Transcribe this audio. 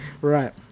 right